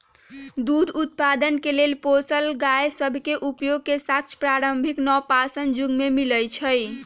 दूध उत्पादन के लेल पोसल गाय सभ के उपयोग के साक्ष्य प्रारंभिक नवपाषाण जुग में मिलइ छै